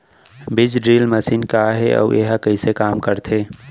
बीज drill machine का हे अऊ एहा कइसे काम करथे?